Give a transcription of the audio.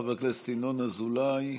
חבר הכנסת ינון אזולאי,